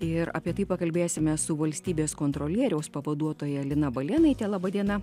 ir apie tai pakalbėsime su valstybės kontrolieriaus pavaduotoja lina balėnaite laba diena